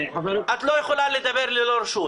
את לא יכולה לדבר ללא רשות.